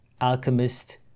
alchemist